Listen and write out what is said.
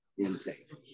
intake